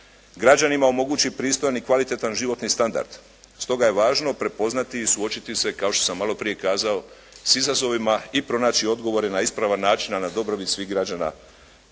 građanima omogući pristojan i kvalitetan životni standard. Stoga je važno prepoznati i suočiti se, kao što sam maloprije kazao, s izazovima i pronaći odgovore na ispravan način, a na dobrobit svih građana